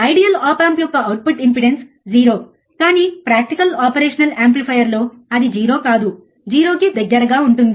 ideal op amp యొక్క output impedance 0 కానీ practical operation యాంప్లిఫైయర్లో అది 0 కాదు 0 కి దగ్గరగా ఉంటుంది